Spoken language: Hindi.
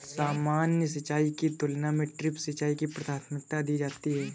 सामान्य सिंचाई की तुलना में ड्रिप सिंचाई को प्राथमिकता दी जाती है